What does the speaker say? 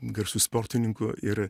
garsių sportininkų ir